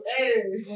Hey